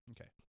Okay